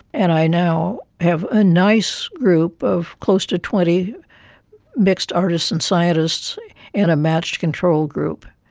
and i now have a nice group of close to twenty mixed artists and scientists in a matched control group.